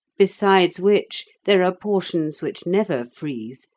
besides which, there are portions which never freeze,